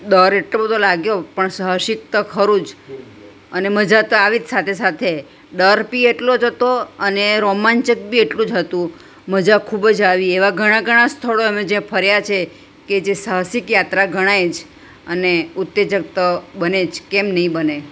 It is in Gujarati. ડર તો એટલો બધો લાગ્યો પણ સાહસિક તો ખરું જ અને મજા તો આવી જ સાથે સાથે ડર બી એટલો જ હતો અને રોમાંચક બી એટલું જ હતું મજા ખૂબ જ આવી એવા ઘણા ઘણા સ્થળો અમે જ્યાં ફર્યા છીએ કે જે સાહસિક યાત્રા ગણાય છે અને ઉત્તેજક તો બને જ કેમ નહિ બને